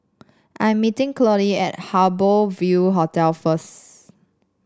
I am meeting Claudie at Harbour Ville Hotel first